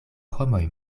homoj